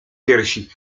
piersi